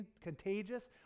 contagious